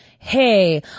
Hey